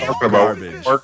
garbage